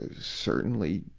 ah certainly,